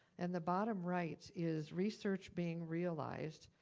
and the bottom right is research being realized.